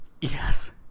yes